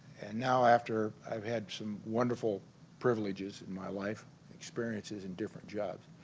and now after i've had some wonderful privileges in my life experiences in different jobs